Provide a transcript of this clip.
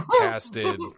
casted